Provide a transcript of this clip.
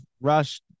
rush